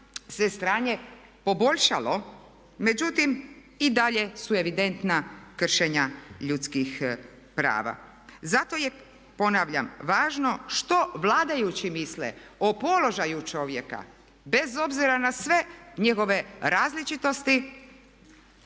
se stanje poboljšalo, međutim i dalje su evidentna kršenja ljudskih prava. Zato je, ponavljam, važno što vladajući misle o položaju čovjeka, bez obzira na sve njegove različitosti,